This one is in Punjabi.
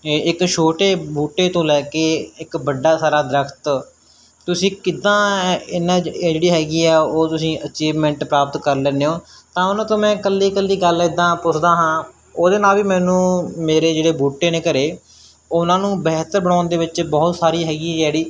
ਇ ਇੱਕ ਛੋਟੇ ਬੂਟੇ ਤੋਂ ਲੈ ਕੇ ਇੱਕ ਵੱਡਾ ਸਾਰਾ ਦਰਖਤ ਤੁਸੀਂ ਕਿੱਦਾਂ ਇਹ ਇਹਨਾਂ ਇਹ ਜਿਹੜੀ ਹੈਗੀ ਆ ਉਹ ਤੁਸੀਂ ਅਚੀਵਮੈਂਟ ਪ੍ਰਾਪਤ ਕਰ ਲੈਂਦੇ ਹੋ ਤਾਂ ਉਹਨਾਂ ਤੋਂ ਮੈਂ ਇਕੱਲੀ ਇਕੱਲੀ ਗੱਲ ਇੱਦਾਂ ਪੁੱਛਦਾ ਹਾਂ ਉਹਦੇ ਨਾਲ ਵੀ ਮੈਨੂੰ ਮੇਰੇ ਜਿਹੜੇ ਬੂਟੇ ਨੇ ਘਰ ਉਹਨਾਂ ਨੂੰ ਬਿਹਤਰ ਬਣਾਉਣ ਦੇ ਵਿੱਚ ਬਹੁਤ ਸਾਰੀ ਹੈਗੀ ਆ ਜਿਹੜੀ